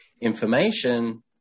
information